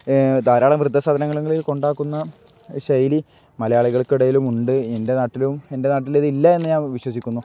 ധാരാളം വൃദ്ധസദനങ്ങളിൽ കൊണ്ടാക്കുന്ന ശൈലി മലയാളികൾക്കിടയിലും ഉണ്ട് എൻ്റെ നാട്ടിലും എൻ്റെ നാട്ടിലിതില്ല എന്ന് ഞാൻ വിശ്വസിക്കുന്നു